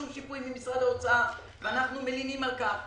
שום שיפוי ממשרד האוצר ואנחנו מלינים על כך.